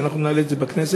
שאנחנו נעלה את זה בכנסת.